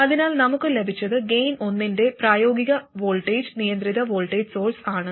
അതിനാൽ നമുക്ക് ലഭിച്ചത് ഗേയിൻ ഒന്നിന്റെ പ്രായോഗിക വോൾട്ടേജ് നിയന്ത്രിത വോൾട്ടേജ് സോഴ്സ് ആണ്